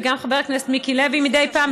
וגם חבר הכנסת מיקי לוי מדי פעם,